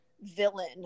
villain